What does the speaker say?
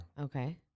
Okay